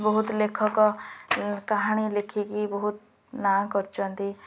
ବହୁତ ଲେଖକ କାହାଣୀ ଲେଖିକି ବହୁତ ନାଁ କରିଛନ୍ତି